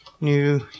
new